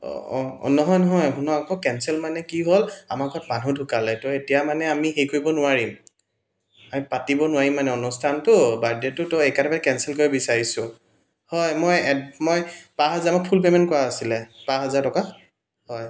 নহয় নহয় মই আকৌ কেনচেল মানে কি হ'ল আমাৰ ঘৰত মানুহ ঢুকালে তো এতিয়া মানে আমি হেৰি কৰিব নোৱাৰিম আমি পাতিব নোৱাৰিম মানে অনুষ্ঠানটো বাৰ্থডে'টো তো সেইকাৰণে আমি কেনচেল কৰিব বিচাৰিছোঁ হয় মই এড মই পাঁচ হাজাৰ মই ফুল পে'মেণ্ট কৰা আছিলে পাঁচ হাজাৰ টকা হয়